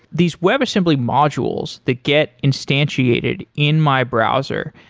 these web assembly modules that get instantiated in my browser,